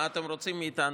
מה אתם רוצים מאיתנו?